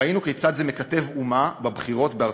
ראינו כיצד זה מקטב אומה בבחירות בארצות-הברית.